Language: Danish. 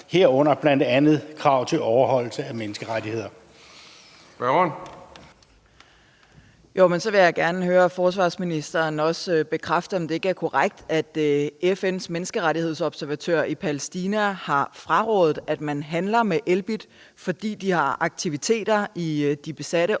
Spørgeren. Kl. 14:31 Eva Flyvholm (EL): Så vil jeg også gerne høre forsvarsministeren bekræfte, om det ikke er korrekt, at FN's menneskerettighedsobservatør i Palæstina har frarådet, at man handler med Elbit, fordi de har aktiviteter i de besatte områder,